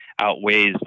outweighs